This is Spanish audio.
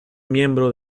miembro